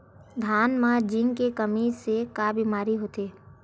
धान म जिंक के कमी से का बीमारी होथे?